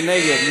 מי נגד?